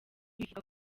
bivuga